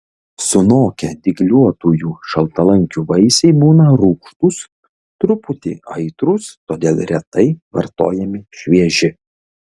sunokę dygliuotųjų šaltalankių vaisiai būna rūgštūs truputį aitrūs todėl retai vartojami švieži